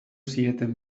zieten